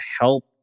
help